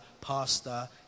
pastor